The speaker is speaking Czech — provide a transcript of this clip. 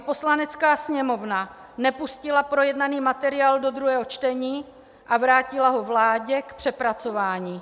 Poslanecká sněmovna nepustila projednaný materiál do druhého čtení a vrátila ho vládě k přepracování.